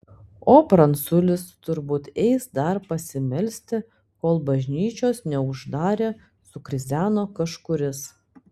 o pranculis turbūt eis dar pasimelsti kol bažnyčios neuždarė sukrizeno kažkuris